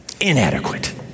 Inadequate